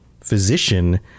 physician